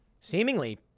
seemingly